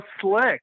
slick